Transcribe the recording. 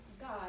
God